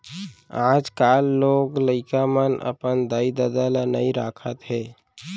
आजकाल लोग लइका मन अपन दाई ददा ल नइ राखत हें